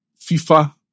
FIFA